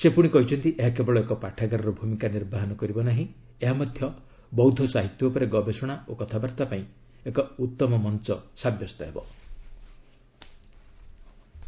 ସେ କହିଛନ୍ତି ଏହା କେବଳ ଏକ ପାଠାଗାରର ଭୂମିକା ନିର୍ବାହ କରିବ ନାହିଁ ଏହାମଧ୍ୟ ବୌଦ୍ଧ ସାହିତ୍ୟ ଉପରେ ଗବେଷଣା ଓ କଥାବାର୍ତ୍ତା ପାଇଁ ଏକ ଉତ୍ତମ ମଞ୍ଚ ଯୋଗାଇବ